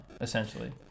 essentially